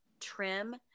trim